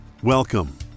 Welcome